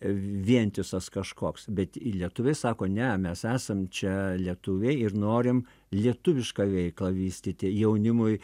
vientisas kažkoks bet lietuviai sako ne mes esam čia lietuviai ir norim lietuvišką veiklą vystyti jaunimui